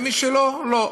ומי שלא, לא.